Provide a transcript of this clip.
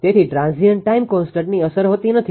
તેથી transient time કોન્સ્ટન્ટની કોઈ અસર નથી